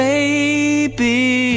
Baby